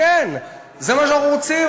כן, זה מה שאנחנו רוצים.